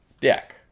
deck